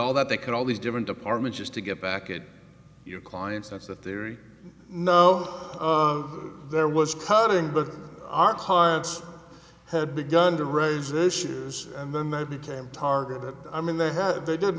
all that they could all these different departments just to get back at your clients that's the theory no there was cutting but our clients had begun to raise issues and then they became target i mean they had they did